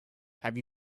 have